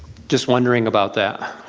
just wondering about that.